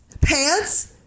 Pants